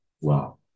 Wow